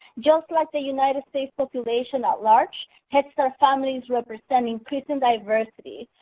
just like the united states population at large, head start families represent an increasing diversity.